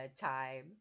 time